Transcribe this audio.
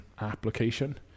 application